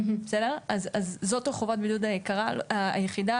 אז זאת חובת הבידוד היחידה,